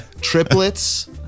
Triplets